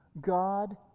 God